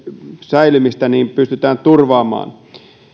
säilymistä pystytään turvaamaan